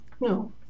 no